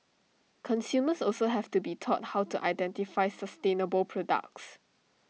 consumers also have to be taught how to identify sustainable products